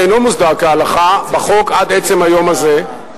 ואינו מוסדר כהלכה בחוק עד עצם היום הזה,